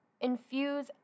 infuse